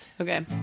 Okay